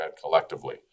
collectively